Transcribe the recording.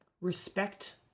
Respect